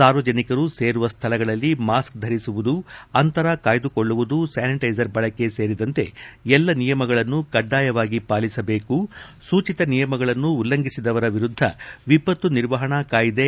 ಸಾರ್ವಜನಿಕರು ಸೇರುವ ಶ್ವಳಗಳಲ್ಲಿ ಮಾಸ್ಕ್ ಧರಿಸುವುದು ಅಂತರ ಕಾಯ್ಲುಕೊಳ್ಳುವುದು ಸ್ವಾನಿಟ್ಟಿಸರ್ ಬಳಕೆ ಸೇರಿದಂತೆ ಎಲ್ಲ ನಿಯಮಗಳನ್ನು ಕಡ್ಡಾಯವಾಗಿ ಪಾಲಿಸಬೇಕು ಸೂಚಿತ ನಿಯಮಗಳನ್ನು ಉಲ್ಲಂಘಿಸಿದವರ ವಿರುದ್ದ ವಿಪತ್ತು ನಿರ್ವಹಣಾ ಕಾಯ್ದೆ